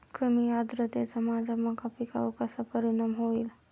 कमी आर्द्रतेचा माझ्या मका पिकावर कसा परिणाम होईल?